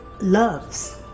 loves